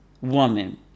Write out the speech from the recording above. woman